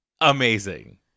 amazing